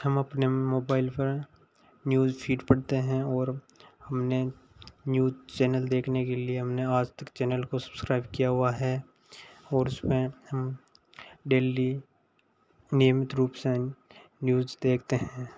हम अपने मोबाइल पर न्यूज़ फ़ीड पढ़ते हैं और हमने न्यूज चैनल देखने के लिए हमने आजतक चैनल को सब्स्क्राइब किया हुआ है और उसमें हम डेली नियमित रूप से यही न्यूज देखते हैं